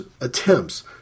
attempts